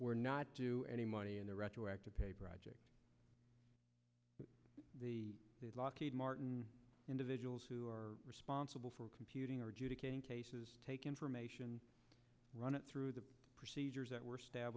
were not to any money in the retroactive project the lockheed martin individuals who are responsible for computing are due to take information run it through the procedures that were stab